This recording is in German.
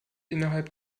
innerhalb